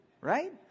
right